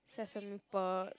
sesame pearl